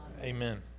Amen